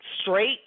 straight